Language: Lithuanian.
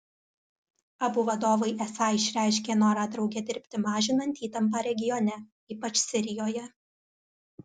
abu vadovai esą išreiškė norą drauge dirbti mažinant įtampą regione ypač sirijoje